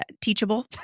teachable